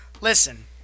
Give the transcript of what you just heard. Listen